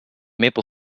maple